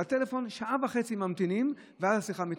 בטלפון שעה וחצי ממתינים, ואז השיחה מתנתקת.